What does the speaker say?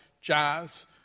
jazz